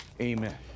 amen